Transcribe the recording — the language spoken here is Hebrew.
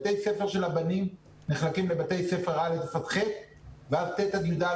בתי הספר של הבנים נחלקים לבתי ספר א' עד ח' ואז ט' עד י"א,